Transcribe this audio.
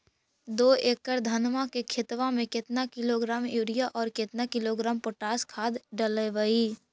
दो एकड़ धनमा के खेतबा में केतना किलोग्राम युरिया और केतना किलोग्राम पोटास खाद डलबई?